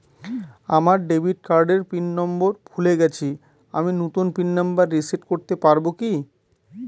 আমার ডেবিট কার্ডের pin number ভুলে গেছি আমি নূতন পিন নম্বর রিসেট করতে পারবো কি?